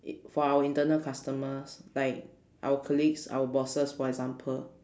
i~ for our internal customers like our colleagues our bosses for example